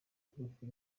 turufu